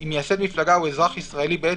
אם מייסד מפלגה הוא אזרח ישראלי בעת